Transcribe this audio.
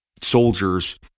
soldiers